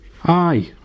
Hi